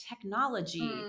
technology